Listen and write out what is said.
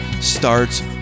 starts